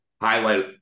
highlight